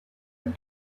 him